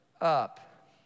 up